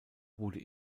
wurde